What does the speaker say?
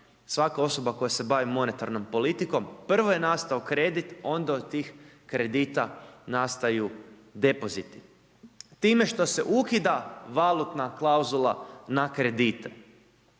svaka osoba koja se bavi monetarnom politikom, prvo je nastao kredit a onda od tih kredita nastaju depoziti time što se ukida valutna klauzula na kredite